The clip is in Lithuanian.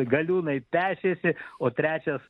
galiūnai pešėsi o trečias